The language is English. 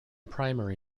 primary